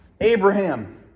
Abraham